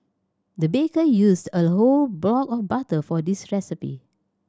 the baker used a whole block of butter for this recipe